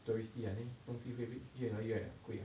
touristy I think 东西会越来越贵了 ah